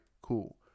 Cool